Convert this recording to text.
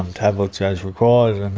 um tablets as required, and